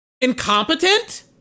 incompetent